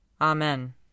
Amen